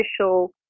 official